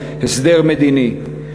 הסדר מדיני,